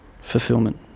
fulfillment